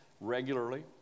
regularly